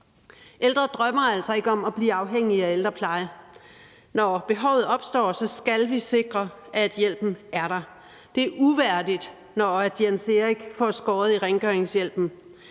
Ældre drømmer altså ikke om at blive afhængige af ældrepleje. Når behovet opstår, skal vi sikre, at hjælpen er der. Det er uværdigt, når Jens Erik får skåret i rengøringshjælpen.